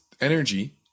energy